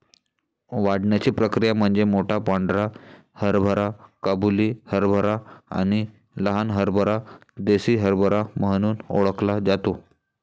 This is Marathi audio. वाढण्याची प्रक्रिया म्हणजे मोठा पांढरा हरभरा काबुली हरभरा आणि लहान हरभरा देसी हरभरा म्हणून ओळखला जातो